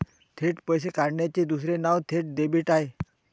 थेट पैसे काढण्याचे दुसरे नाव थेट डेबिट आहे